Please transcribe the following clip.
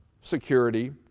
security